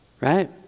right